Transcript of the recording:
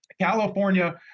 California